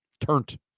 Turned